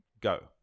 Go